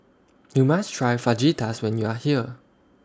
YOU must Try Fajitas when YOU Are here